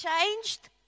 changed